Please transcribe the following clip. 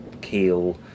keel